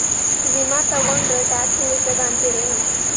ವಿಮಾ ತೊಗೊಂಡ್ರ ಟ್ಯಾಕ್ಸ ಉಳಿತದ ಅಂತಿರೇನು?